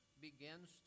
begins